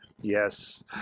Yes